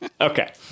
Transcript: Okay